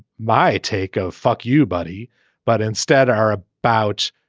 my take. ah fuck you buddy but instead are about